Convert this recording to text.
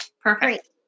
perfect